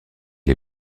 est